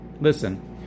Listen